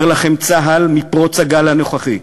אומר לכם צה"ל מאז פרוץ הגל הנוכחי,